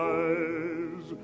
eyes